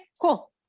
cool